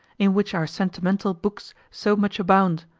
in which our sentimental books so much abound,